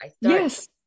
Yes